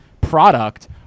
product